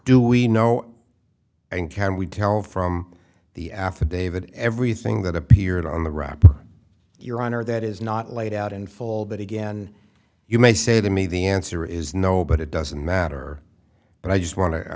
do we know and can we tell from the affidavit everything that appeared on the wrapper your honor that is not laid out in full but again you may say that me the answer is no but it doesn't matter but i just wan